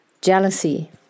jealousy